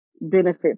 benefit